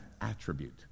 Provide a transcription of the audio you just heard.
attribute